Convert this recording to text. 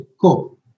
Cool